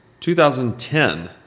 2010